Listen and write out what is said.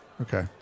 Okay